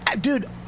Dude